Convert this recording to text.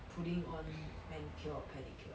putting on manicure or pedicure